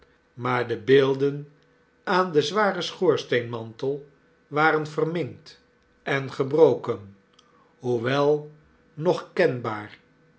maar de beelden aan den zwaren schoorsteenmantel waren verminkt en gebroken hoewel nogkenbaar